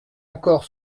encore